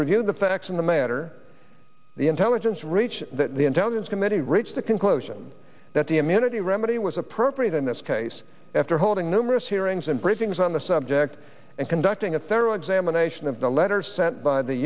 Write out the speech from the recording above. reviewed the facts of the matter the intelligence reach the intelligence committee reached the conclusion that the immunity remedy was appropriate in this case after holding numerous hearings and briefings on the subject and conducting a thorough examination of the letter sent by the